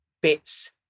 bits